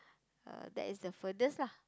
uh that is the furthest lah